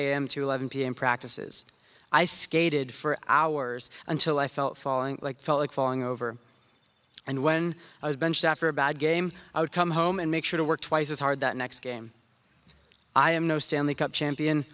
m to eleven p m practices i skated for hours until i felt falling like felt like falling over and when i was benched after a bad game i would come home and make sure to work twice as hard that next game i am no stanley cup champion